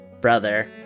brother